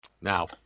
Now